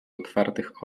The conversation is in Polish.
otwartych